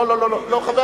לא, לא, לא.